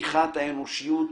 דעיכת האנושיות